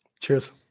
Cheers